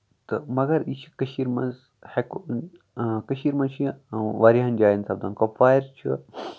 تہٕ مَگر یہِ چھُ کٔشیٖر منٛز ہٮ۪کو کٔشیٖر منٛز چھُ یہِ واریاہَن جاین سَپدان کۄپوارِ چھُ